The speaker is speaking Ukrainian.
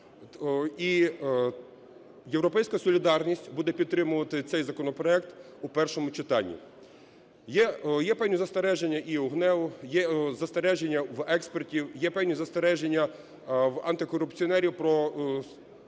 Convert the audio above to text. І "Європейська солідарність" буде підтримувати цей законопроект у першому читанні. Є певні застереження і у ГНЕУ, є застереження в експертів, є певні застереження в антикорупціонерів про речі,